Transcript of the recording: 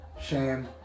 Shame